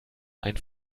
ein